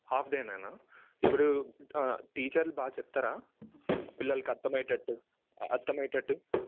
half day నేనా ఇప్పుడు టీచర్లు బాగా చెప్తారా పిల్లలకి అర్థమయటట్టు అర్ధమయ్యేటట్టు